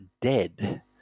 dead